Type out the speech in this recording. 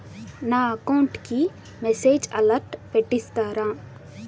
నా అకౌంట్ కి message alert పెట్టిస్తారా